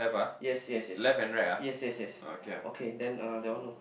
yes yes yes yes yes yes okay then uh that one no